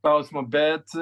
klausimo bet